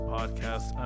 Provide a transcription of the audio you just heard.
Podcast